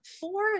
four